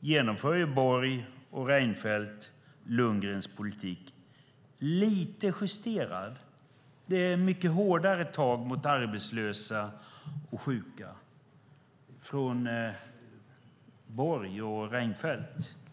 genomför Borg och Reinfeldt Lundgrens politik lite justerad. Det är mycket hårdare tag mot arbetslösa och sjuka från Borg och Reinfeldt.